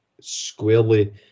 squarely